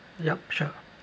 yup sure